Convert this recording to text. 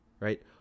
Right